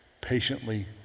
patiently